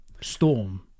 Storm